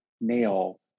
nail